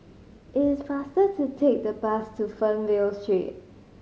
it is faster to take the bus to Fernvale Street